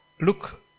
Look